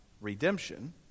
redemption